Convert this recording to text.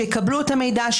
שיקבלו את המידע,